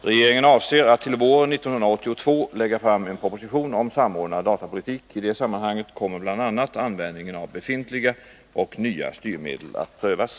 Regeringen avser att till våren 1982 lägga fram en proposition om samordnad datapolitik. I det sammanhanget kommer bl.a. användningen av befintliga och nya styrmedel att prövas.